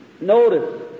Notice